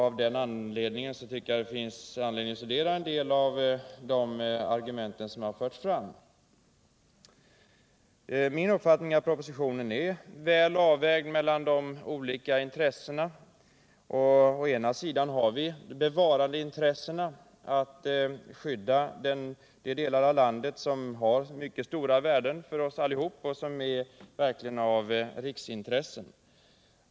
Av denna anledning tycker jag man bör studera en del av de argument som förts fram. Min uppfattning är att propositionen väl avväger de olika intressen som är aktuella i den här frågan. Å ena sidan har vi bevarandeintressena. Det gäller att skydda de delar av landet som har mycket stora värden för oss allihop och som verkligen är av riksintresse.